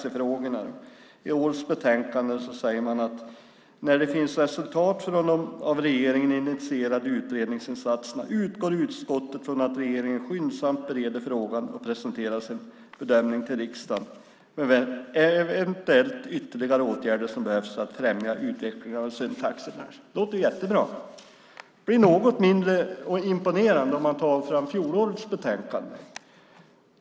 I årets betänkande säger man: "När det finns resultat, från de av regeringen initierade utredningsinsatserna, utgår utskottet från att regeringen skyndsamt bereder frågan och presenterar sin bedömning till riksdagen med eventuella ytterligare åtgärder som behövs för att främja utvecklingen av en sund taxibransch." Det låter jättebra, men det blir något mindre imponerande om man tar fram fjolårets betänkande.